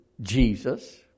Jesus